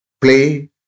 play